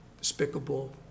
despicable